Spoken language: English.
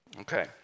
Okay